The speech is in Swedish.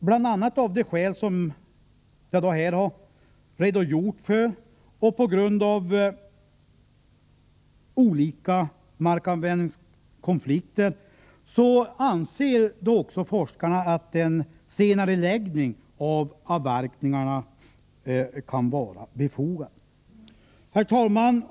Bl.a. av de skäl som jag här har redogjort för och på grund av olika markanvändningskonflikter anser också forskarna att en senareläggning av avverkningarna kan vara befogad. Herr talman!